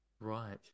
Right